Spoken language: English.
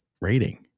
rating